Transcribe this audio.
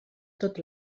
tot